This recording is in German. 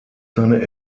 seine